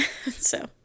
so-